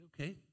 Okay